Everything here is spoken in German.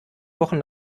wochen